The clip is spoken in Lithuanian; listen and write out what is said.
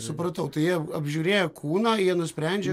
supratau tai jie apžiūrėję kūną jie nusprendžia